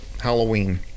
Halloween